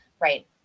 right